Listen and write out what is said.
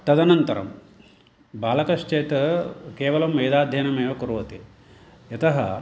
तदनन्तरं बालकश्चेत् केवलं वेदाध्ययनमेव करोति यतः